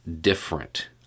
different